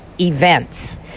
events